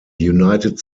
united